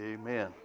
Amen